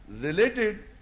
related